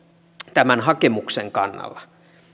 tämän hakemuksen kannalla